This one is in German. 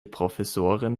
professorin